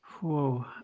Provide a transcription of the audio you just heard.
Whoa